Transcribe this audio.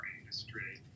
industry